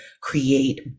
create